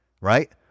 right